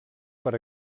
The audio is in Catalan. per